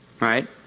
right